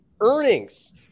earnings